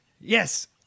Yes